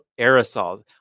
aerosols